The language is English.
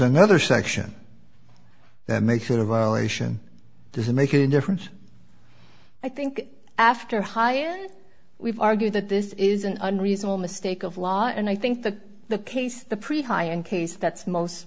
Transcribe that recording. another section that makes it a violation does it make a difference i think after high and we've argued that this is an unreasonable mistake of law and i think the the case the pretty high in case that's most